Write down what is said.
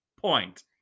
point